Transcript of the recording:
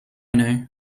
know